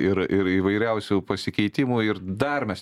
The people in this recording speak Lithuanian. ir ir įvairiausių pasikeitimų ir dar mes